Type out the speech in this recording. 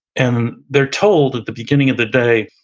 and they're told at the beginning of the day,